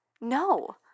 No